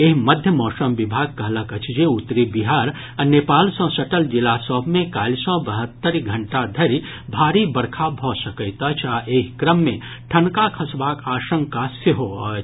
एहि मध्य मौसम विभाग कहलक अछि जे उत्तरी बिहार आ नेपाल सॅ सटल जिला सभ मे काल्हि सॅ बहत्तरि घंटा धरि भारी बरखा भऽ सकैत अछि आ एहि क्रम मे ठनका खसबाक आशंका सेहो अछि